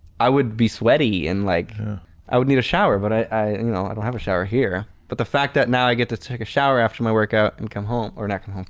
i would be sweaty and like i would need a shower but i you know i don't have a shower here. but the fact that now i get to take a shower after my workout and come home oh, not come home,